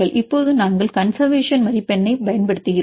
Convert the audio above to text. இப்போது நாங்கள் கன்செர்வேசன் மதிப்பெண்ணைப் பயன்படுத்துகிறோம்